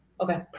Okay